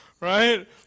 Right